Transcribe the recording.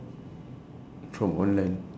from online